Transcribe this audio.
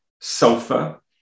sulfur